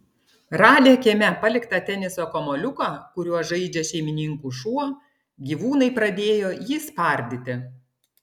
radę kieme paliktą teniso kamuoliuką kuriuo žaidžia šeimininkų šuo gyvūnai pradėjo jį spardyti